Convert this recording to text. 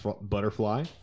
Butterfly